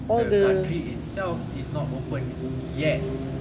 but the country itself is not open yet